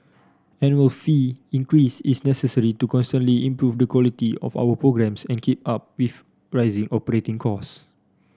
annual fee increase is necessary to constantly improve the quality of our programmes and keep up with rising operating cost